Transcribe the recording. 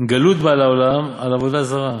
גלות באה לעולם על עבודה זרה,